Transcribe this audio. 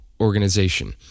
Organization